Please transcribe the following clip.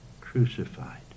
crucified